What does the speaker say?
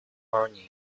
morning